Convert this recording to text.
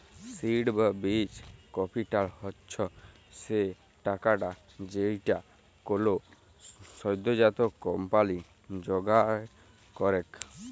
seed বা বীজ capital হচ্ছ সে টাকাটা যেইটা কোলো সদ্যজাত কম্পানি জোগাড় করেক